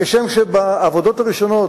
כשם שבעבודות הראשונות,